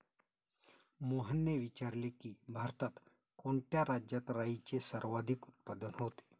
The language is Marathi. मोहनने विचारले की, भारतात कोणत्या राज्यात राईचे सर्वाधिक उत्पादन होते?